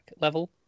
level